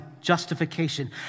justification